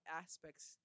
aspects